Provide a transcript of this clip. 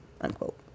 unquote